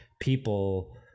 people